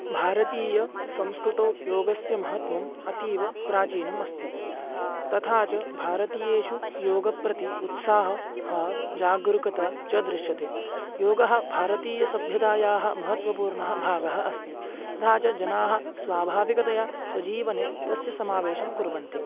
भारतीयसंस्कृते योगस्य महत्वम् अतीव प्राचीनम् अस्ति तथा च भारतीयेषु योगं प्रति उत्साहः जागरूकता च दृश्यते योगः भारतीयसभ्यतायाः महत्वपूर्णः भागः अस्ति तथा च जनाः स्वाभाविकतया स्वजीवने तस्य समावेशं कुर्वन्ति